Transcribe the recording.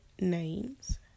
names